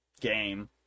game